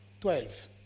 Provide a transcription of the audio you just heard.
Twelve